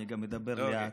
אני גם אדבר לאט.